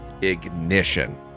ignition